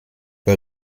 bei